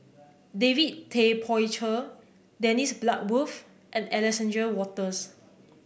David Tay Poey Cher Dennis Bloodworth and Alexander Wolters